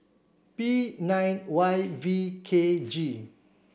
P nine Y V K G